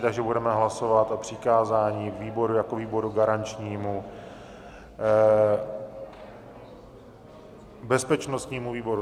Takže budeme hlasovat o přikázání výboru jako výboru garančnímu bezpečnostnímu výboru.